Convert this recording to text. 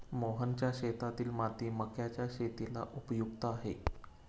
मोहनच्या शेतातील माती मक्याच्या शेतीला उपयुक्त आहे